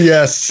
Yes